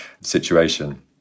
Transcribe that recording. situation